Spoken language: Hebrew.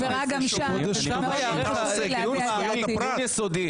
שם ייערך דיון מעמיק, דיון יסודי.